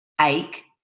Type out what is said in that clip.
ache